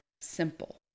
simple